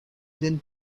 then